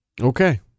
Okay